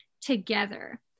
together